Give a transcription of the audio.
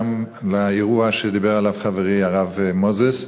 לאירוע שדיבר עליו חברי הרב מוזס,